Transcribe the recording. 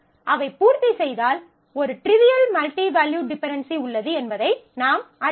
அவை பூர்த்தி செய்தால் ஒரு ட்ரிவியல் மல்டி வேல்யூட் டிபென்டென்சி உள்ளது என்பதை நாம் அறிவோம்